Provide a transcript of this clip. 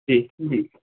जी जी